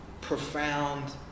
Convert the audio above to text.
profound